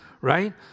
right